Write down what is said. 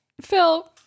Phil